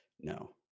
No